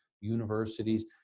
universities